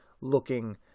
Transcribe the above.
looking